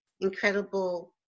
incredible